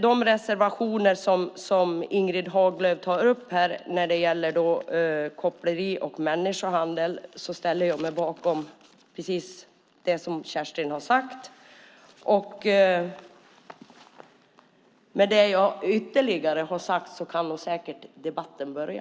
Kerstin Haglö tog upp reservationer om koppleri och människohandel, och jag ställer mig bakom det Kerstin har sagt. Med det som även jag har sagt kan debatten säkert börja.